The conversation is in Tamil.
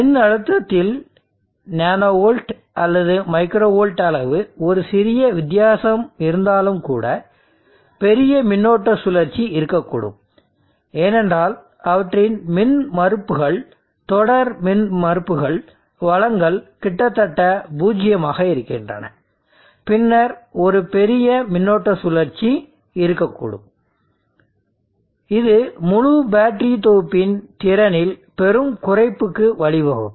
மின்னழுத்தத்தில் நானோ வோல்ட் அல்லது மைக்ரோ வோல்ட் அளவு ஒரு சிறிய வித்தியாசம் இருந்தாலும் கூட பெரிய மின்னோட்ட சுழற்சி இருக்கக்கூடும் ஏனென்றால் அவற்றின் மின்மறுப்புகள் தொடர் மின்மறுப்புகள் வளங்கள் கிட்டத்தட்ட பூஜ்ஜியமாக இருக்கின்றன பின்னர் ஒரு பெரிய மின்னோட்ட சுழற்சி இருக்கக்கூடும் இது முழு பேட்டரி தொகுப்பின் திறனில் பெரும் குறைப்புக்கு வழிவகுக்கும்